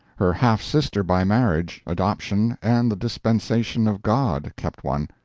her half-sister by marriage, adoption, and the dispensation of god kept one,